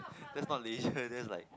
that's not leisure that's like